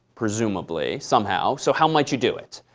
presumably, somehow. so how might you do it?